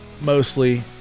Mostly